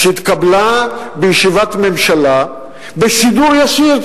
שהתקבלה בישיבת ממשלה בשידור ישיר.